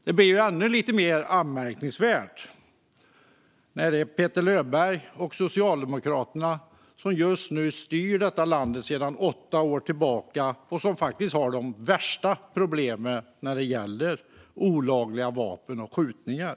Det blir ännu lite mer anmärkningsvärt när det är Petter Löberg och Socialdemokraterna som styr det här landet sedan åtta år och som faktiskt har de värsta problemen när det gäller olagliga vapen och skjutningar.